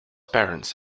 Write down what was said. parents